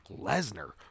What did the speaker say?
Lesnar